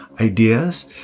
ideas